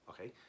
okay